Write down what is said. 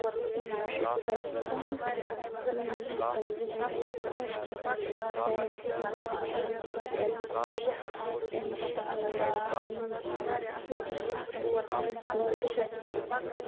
شُکُر رۄبَس کُن بہٕ چھَس پَنٕنہِ زِندگی منٛز خۄش کُنہِ ساتہٕ چھِ یِوان سیڈ فیٖلِنگ تہِ اِنشاء اللہ بہٕ چھَس توتہِ روزان خۄش اِنشاء اللہ اۭں بیٚیہِ کیاہ وَنہٕ بہٕ پَنٕنِس پانَس منٛز بہٕ چھَس